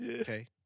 okay